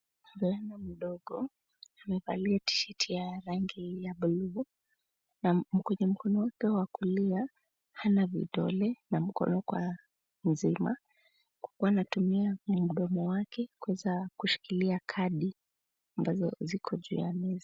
Kijana mdogo, amevalia tisheti ya rangi ya buluu na kwenye mkono wake wa kulia, hana vidole na mkono kwa mzima. Anatumia mdomo wake kushikiliakadi ambazo ziko juu ya meza.